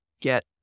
get